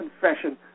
confession